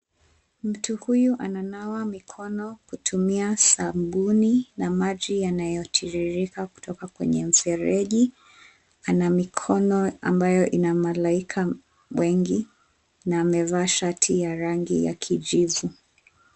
Mtu huyu ananawa mikono kutumia sabuni na maji yanayotiririka kutoka kwenye mifereji. Ana mikono ambayo ina malaika wengi na amevaa shati ya rangi ya kijivu.